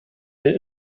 den